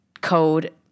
code